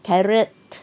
carrot